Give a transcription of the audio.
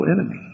enemy